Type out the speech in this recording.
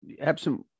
absent